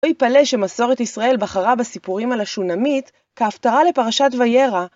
לט יפלא שמסורת ישראל בחרה בסיפורים על השונמית כהפתרה לפרשת ויירא.